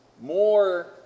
more